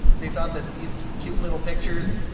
they thought that these cute little pictures,